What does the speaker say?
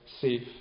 safe